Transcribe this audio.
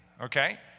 okay